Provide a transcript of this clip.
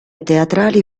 teatrali